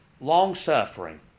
long-suffering